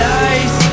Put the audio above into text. nice